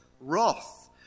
wrath